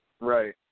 Right